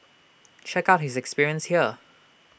check out his experience here